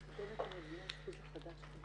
לקדם את המבנה אשפוז החדש.